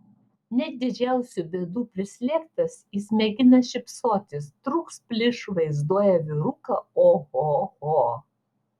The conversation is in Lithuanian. net didžiausių bėdų prislėgtas jis mėgina šypsotis trūks plyš vaizduoja vyruką ohoho